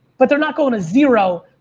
but they're not going to zero.